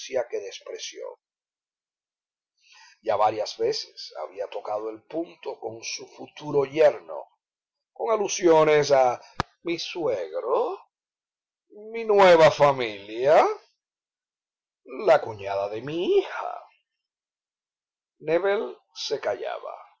que despreció ya varias veces había tocado el punto con su futuro yerno con alusiones a mi suegro mi nueva familia la cuñada de mi hija nébel se callaba